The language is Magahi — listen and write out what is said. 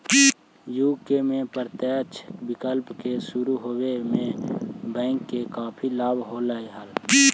यू.के में प्रत्यक्ष विकलन के शुरू होवे से बैंक के काफी लाभ होले हलइ